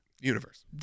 universe